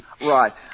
Right